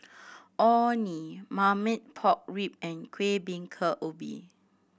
Orh Nee marmite pork rib and Kueh Bingka Ubi